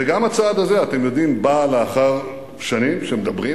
וגם הצעד הזה, אתם יודעים, בא לאחר שנים שמדברים.